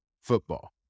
football